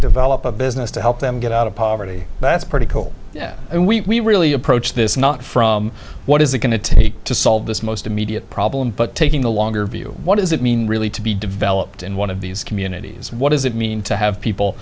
develop a business to help them get out of poverty that's pretty cold and we really approach this not from what is it going to take to solve this most immediate problem but taking the longer view what does it mean really to be developed in one of these communities what does it mean to have people